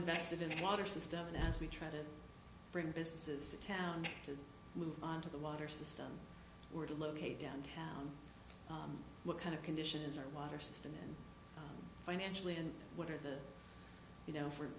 invested in the water system and as we try to bring businesses to town to move on to the water system we're located downtown what kind of conditions are water systems financially and what are the you know for